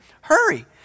Hurry